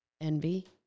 envy